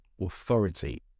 authority